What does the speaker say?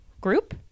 group